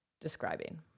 describing